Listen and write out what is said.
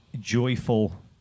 joyful